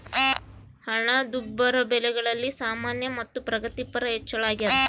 ಹಣದುಬ್ಬರ ಬೆಲೆಗಳಲ್ಲಿ ಸಾಮಾನ್ಯ ಮತ್ತು ಪ್ರಗತಿಪರ ಹೆಚ್ಚಳ ಅಗ್ಯಾದ